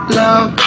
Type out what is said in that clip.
love